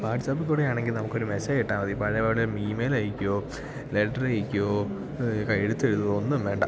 വാട്ട്സപ്പിൽക്കൂടിയാണെങ്കിൽ നമുക്കൊരു മെസേജ് ഇട്ടാൽ മതി പഴയപോലെ ഈമെയിൽ അയക്കുകയോ ലെറ്റർ അയക്കുകയോ എഴുത്തെഴുതുകയോ ഒന്നും വേണ്ട